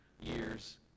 years